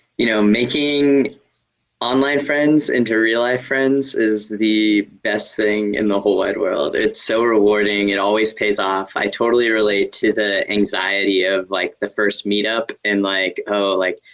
you know making online friends into real life friends is the best thing in the whole wide world. it's so rewarding, it always pays off. i totally relate to the anxiety of like the first meetup and like, oh, like